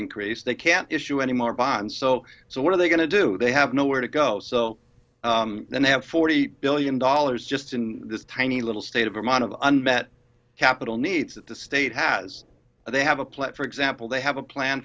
increase they can't issue anymore bonds so so what are they going to do they have nowhere to go so then they have forty billion dollars just in this tiny little state of vermont of unmet capital needs that the state has and they have a plant for example they have a plan